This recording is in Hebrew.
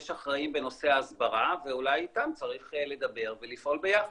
יש אחראים בנושא ההסברה ואולי איתם צריך לדבר ולפעול ביחד.